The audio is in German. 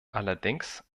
allerdings